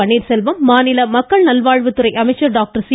பன்னீர் செல்வம் மாநில மக்கள் நல்வாழ்வுத்துறை அமைச்சர் டாக்டர் சி